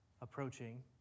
approaching